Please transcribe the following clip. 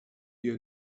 you